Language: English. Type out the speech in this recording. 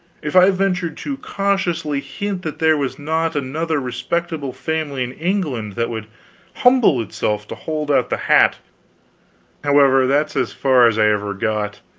if i ventured to cautiously hint that there was not another respectable family in england that would humble itself to hold out the hat however, that is as far as i ever got